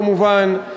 כמובן,